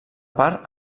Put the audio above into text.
part